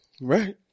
Right